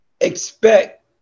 expect